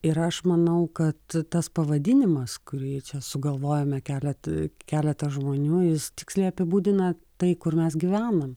ir aš manau kad tas pavadinimas kurį čia sugalvojome kelet keletą žmonių jis tiksliai apibūdina tai kur mes gyvenam